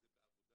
זה בעבודה.